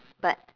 but